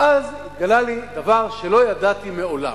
ואז התגלה לי דבר שלא ידעתי מעולם,